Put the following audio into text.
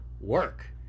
work